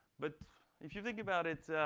but if you think about it,